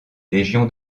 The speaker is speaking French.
légion